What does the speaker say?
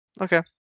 Okay